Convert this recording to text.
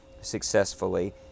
successfully